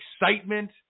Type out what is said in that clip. excitement